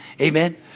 Amen